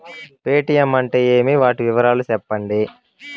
Paytm అంటే ఏమి, వాటి వివరాలు సెప్పండి?